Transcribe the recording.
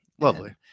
Lovely